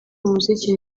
umuziki